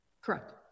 Correct